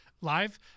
live